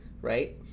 right